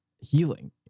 healing